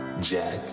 jack